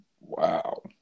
Wow